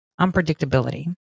Unpredictability